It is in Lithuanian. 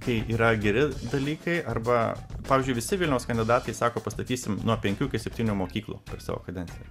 kai yra geri dalykai arba pavyzdžiui visi vilniaus kandidatai sako pastatysim nuo penkių iki septynių mokyklų per savo kadenciją